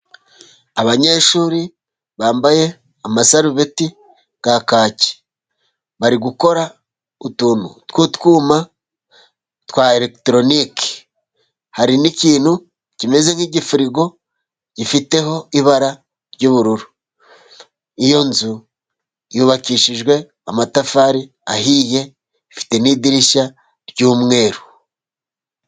Abanyeshuri bambaye amasarubeti ya kaki. Bari gukora utuntu tw'utwuma twa eregitoroniki. Hari n'ikintu kimeze nk'igifirigo, gifiteho ibara ry'ubururu. Iyo nzu yubakishijwe amatafari ahiye ifite n'idirishya ry'umweru.